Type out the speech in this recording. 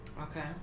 okay